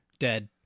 Dead